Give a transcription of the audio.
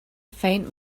faint